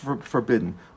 forbidden